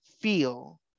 feel